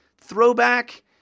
throwback